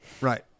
Right